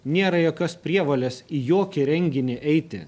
nėra jokios prievolės į jokį renginį eiti